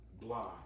blah